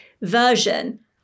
version